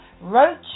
roach